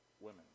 women